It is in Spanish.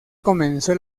comenzó